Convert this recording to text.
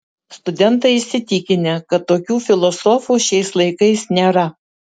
studentai įsitikinę kad tokių filosofų šiais laikais nėra